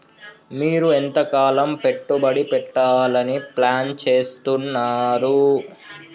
మీరు ఎంతకాలం పెట్టుబడి పెట్టాలని ప్లాన్ చేస్తున్నారు?